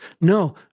No